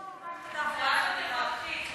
לא, זהבה, תברכי.